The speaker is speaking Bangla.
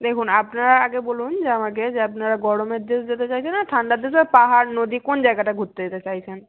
দেখুন আপনারা আগে বলুন যে আমাকে যে আপনারা গরমের দেশ যেতে চাইছেন না ঠান্ডার দেশে পাহাড় নদী কোন জায়গাটা ঘুরতে যেতে চাইছেন